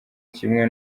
kimwe